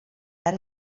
dar